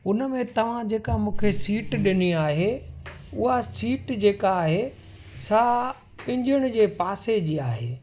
उन में तव्हां जेका मूंखे सीट ॾिनी आहे उहा सीट जेका आहे सां इंजन जे पासे जी आहे